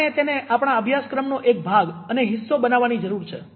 આપણે તેને આપણા અભ્યાસક્રમનો એક ભાગ અને હિસ્સો બનાવવાની જરૂર છે